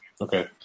okay